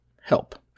HELP